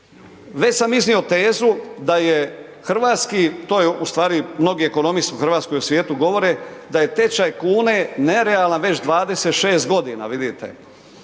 već sam iznio tezu da je hrvatski to je u stvari, mnogi ekonomisti u Hrvatskoj i u svijetu govore da je tečaj kune nerealan već 26 godina vidite.